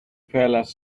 fellas